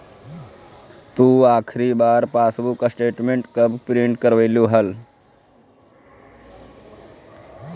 तु आखिरी बार पासबुक स्टेटमेंट कब प्रिन्ट करवैलु हल